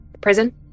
prison